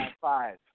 five